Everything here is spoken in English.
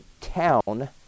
town